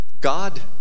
God